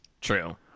true